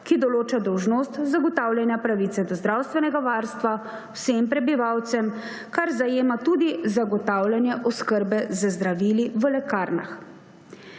ki določa dolžnost zagotavljanja pravice do zdravstvenega varstva vsem prebivalcem, kar zajema tudi zagotavljanje oskrbe z zdravili v lekarnah.